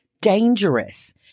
dangerous